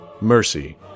Mercy